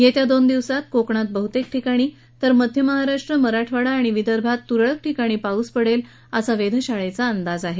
येत्या दोन दिवसात कोकणात बहुतेक ठिकाणी तर मध्यमहाराष्ट्र मराठवाडा आणि विदर्भात तुरळक ठिकाणी पाऊस पडेल असा कुलाबा वेधशाळेचा अंदाज आहे